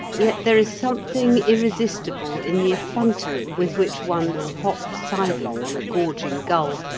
yet there is something irresistible in the effrontery with which one will hop sidelong on a gorging gull,